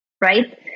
right